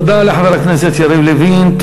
תודה לחבר הכנסת יריב לוין.